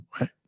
right